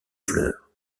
fleurs